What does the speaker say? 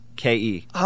K-E